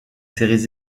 séries